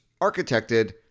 architected